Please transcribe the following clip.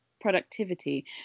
productivity